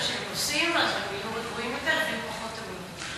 כשהם נוסעים אז הם יהיו רגועים ויהיו פחות תאונות.